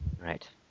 Right